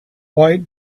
white